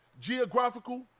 geographical